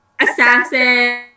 assassin